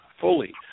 fully